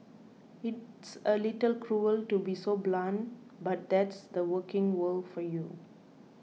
it's a little cruel to be so blunt but that's the working world for you